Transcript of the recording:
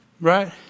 Right